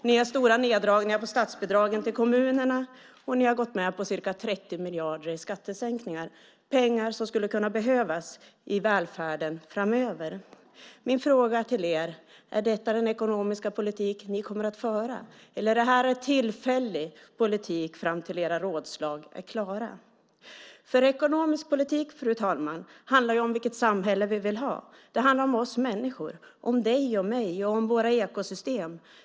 Ni gör stora neddragningar på statsbidragen till kommunerna, och ni har gått med på ca 30 miljarder i skattesänkningar - pengar som skulle kunna behövas i välfärden framöver. Min fråga till er är: Är detta den ekonomiska politik som ni kommer att föra, eller är det här tillfällig politik fram till dess att era rådslag är klara? Ekonomisk politik, fru talman, handlar om vilket samhälle vi vill ha. Det handlar om oss människor, om dig och mig och våra ekosystem.